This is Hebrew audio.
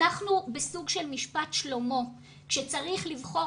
אנחנו בסוג של משפט שלמה כשצריך לבחור